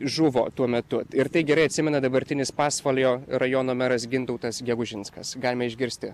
žuvo tuo metu ir tai gerai atsimena dabartinis pasvalio rajono meras gintautas gegužinskas galime išgirsti